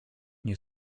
nie